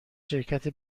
شرکت